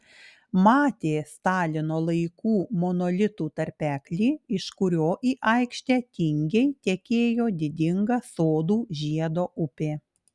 matė stalino laikų monolitų tarpeklį iš kurio į aikštę tingiai tekėjo didinga sodų žiedo upė